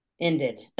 ended